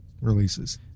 releases